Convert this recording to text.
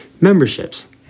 memberships